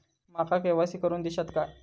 माका के.वाय.सी करून दिश्यात काय?